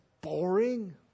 boring